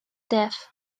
death